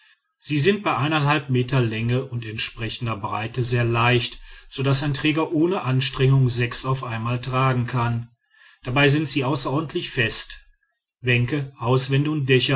sie sind bei eineinhalb meter länge und entsprechender breite sehr leicht so daß ein träger ohne anstrengung sechs auf einmal tragen kann dabei sind sie außerordentlich fest bänke hauswände und